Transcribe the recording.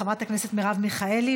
חברת הכנסת מרב מיכאלי,